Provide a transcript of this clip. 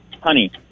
honey